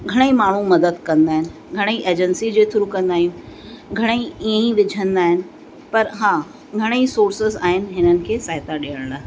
घणेई माण्हू मदद कंदा आहिनि घणेई एजेंसी जे थ्रू कंदा आहिनि घणेई इअं ई विझंदा आहिनि पर हां घणेई सोर्सिस आहिनि हिनन खे सहायता ॾियण लाइ